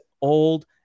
old